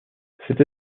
cette